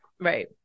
Right